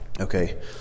Okay